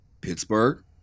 Pittsburgh